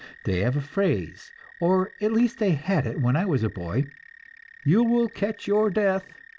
they have a phrase or at least they had it when i was a boy you will catch your death.